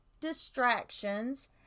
distractions